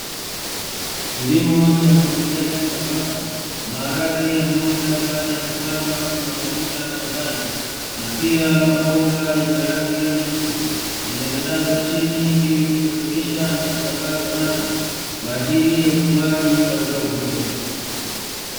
Kilimo cha umwagiliaji, ambapo maharage yameota baada ya kupandwa kwenye matuta shambani, na pia mabomba yenye rangi nyeusi yametandazwa chini ili kusafirisha na kusambaza maji, kwa ajili ya ukuaji wa zao hilo.